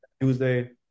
tuesday